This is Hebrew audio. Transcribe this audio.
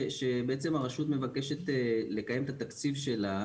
שבעצם הרשות מבקשת לקיים את התקציב שלה